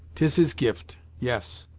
tis his gift yes,